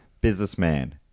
businessman